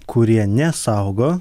kurie nesaugo